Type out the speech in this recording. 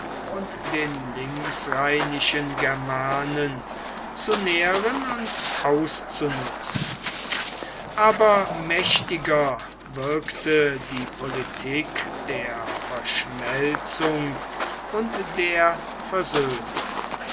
und den linksrheinischen germanen zu nähren und auszunutzen aber mächtiger wirkte die politik der verschmelzung und der versöhnung